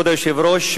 כבוד היושב-ראש,